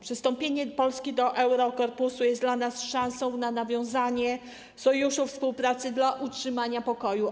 Przystąpienie Polski do Eurokorpusu jest dla nas szansą na nawiązanie sojuszu współpracy w celu utrzymania pokoju.